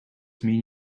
mean